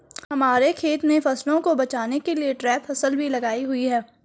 हमारे खेत में फसलों को बचाने के लिए ट्रैप फसल भी लगाई हुई है